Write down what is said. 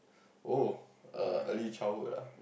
oh err early childhood ah